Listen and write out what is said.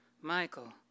Michael